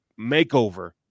makeover